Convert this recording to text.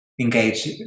engage